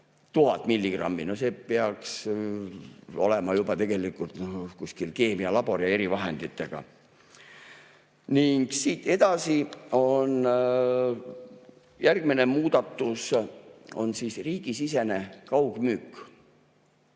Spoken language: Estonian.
–1000 milligrammi. No selleks peaks olema juba tegelikult kuskil keemialabor erivahenditega. Siit edasi on järgmine muudatus: riigisisene kaugmüük.